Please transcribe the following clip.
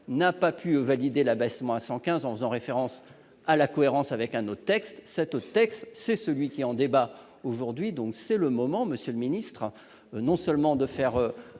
n'a pas pu valider l'abaissement à 115 grammes, en faisant référence à la cohérence avec un autre texte. Or cet autre texte, c'est celui qui est en débat aujourd'hui. C'est donc le moment, monsieur le secrétaire d'État, non seulement de faire